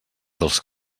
dels